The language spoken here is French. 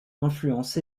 influence